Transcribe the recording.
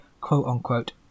quote-unquote